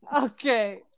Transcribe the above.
Okay